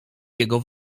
jego